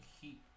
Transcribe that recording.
heat